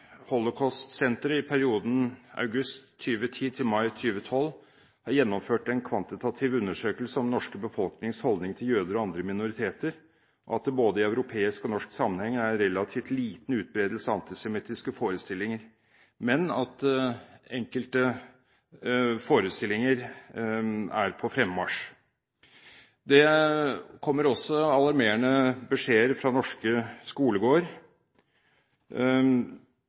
Holocaustsenteret i perioden august 2010 til mai 2012 har gjennomført en kvantitativ undersøkelse om den norske befolkningens holdning til jøder og andre minoriteter, og at det både i europeisk og norsk sammenheng er relativt liten utbredelse av antisemittiske forestillinger, men at enkelte forestillinger er på fremmarsj. Det kommer også alarmerende beskjeder fra norske